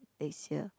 next year